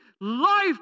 life